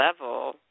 level